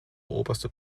oberste